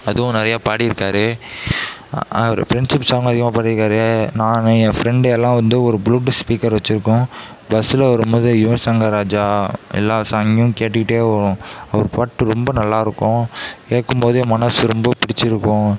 அதுவும் நிறைய பாடியிருக்காரு அவர் ஃப்ரண்ட்ஷிப் சாங்கும் அதிகமாக பாடியிருக்காரு நான் என் ஃப்ரண்டு எல்லாம் வந்து ஒரு புளூடூத் ஸ்பீக்கர் வெச்சிருக்கோம் பஸ்ஸில் வரும்போது யுவன் சங்கர் ராஜா எல்லா சாங்கையும் கேட்டுக்கிட்டே வருவோம் அவர் பாட்டு ரொம்ப நல்லாயிருக்கும் கேட்கும்போதே மனசு ரொம்ப பிடிச்சிருக்கும்